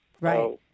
right